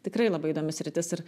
tikrai labai įdomi sritis ir